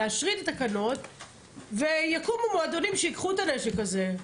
תאשרי את התקנות ויקומו מועדונים שייקחו את הנשק הזה.